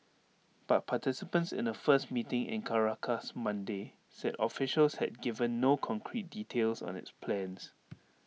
but participants in A first meeting in Caracas Monday said officials had given no concrete details on its plans